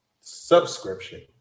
subscription